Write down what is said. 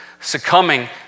succumbing